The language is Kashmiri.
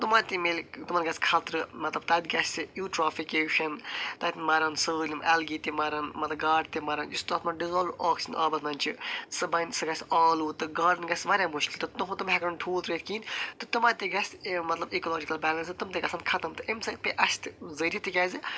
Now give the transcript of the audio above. تُمن تہِ مِلہِ تِمن گژھِ خطرٕ مطلب تتہِ گژھِ یوٗٹرافِکٮ۪شن تتہِ مرن سٲلِم اٮ۪لگی تہِ مرن مطلب گاڈٕ تہِ مرن یُس تتھ منٛز ڈِزالو آکسٮ۪جن آبس منٛز چھِ سُہ بنہِ سُہ گژھِ آلودٕ تہِ گاڈن گژھِ واریاہ مشکِل تُہنٛد تِم ہٮ۪کن ٹھوٗل ترٲوتھ کہیٖنۍ تہِ تِمن تہِ گژھِ مطلب ایکولاجِکل بٮ۪لنس تِم تہِ گژھن ختم امہِ سۭتۍ پیٚیہِ اسہِ